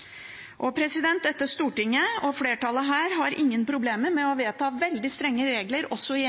og kritisert, der det har vært brudd på reglene. Og dette stortinget – flertallet her – har ingen problemer med å vedta veldig strenge regler også i